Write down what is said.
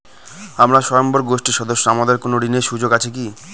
আমরা স্বয়ম্ভর গোষ্ঠীর সদস্য আমাদের কোন ঋণের সুযোগ আছে কি?